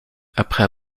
après